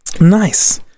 nice